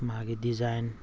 ꯃꯥꯒꯤ ꯗꯤꯖꯥꯏꯟ